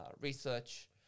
research